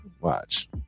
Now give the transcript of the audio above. watch